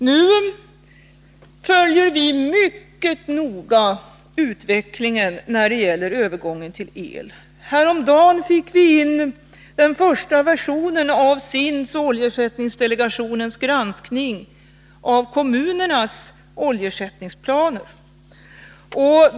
Vi följer nu mycket noga utvecklingen när det gäller övergången till el. Häromdagen fick vi in den första versionen av SIND:s och oljeersättningsdelegationens granskning av kommunernas oljeersättningsplaner.